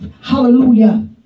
Hallelujah